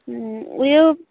उयो